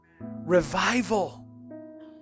Revival